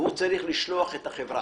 והוא צריך לשלוח את החברה.